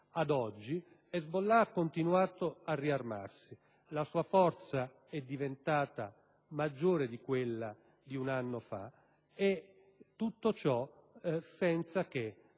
ad oggi, Hezbollah ha continuato ad armarsi; la sua forza è diventata maggiore di quella di un anno fa e tutto ciò senza che